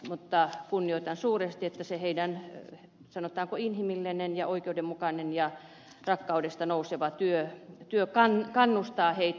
mutta kunnioitan suuresti sitä että se heidän sanotaanko inhimillinen ja oikeudenmukainen ja rakkaudesta nouseva työnsä kannustaa heitä